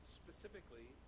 specifically